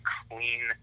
clean